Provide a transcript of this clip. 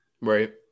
right